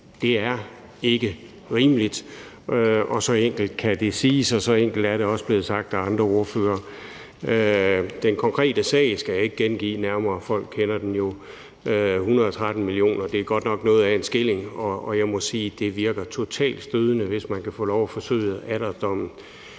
Det er ikke rimeligt. Så enkelt kan det siges, og så enkelt er det også blevet sagt af andre ordførere. Den konkrete sag skal jeg ikke gengive nærmere, for folk kender den jo. 113 mio. kr. er godt nok noget af en skilling, og jeg må sige, at det virker totalt stødende, hvis man kan få lov at forsøde alderdommen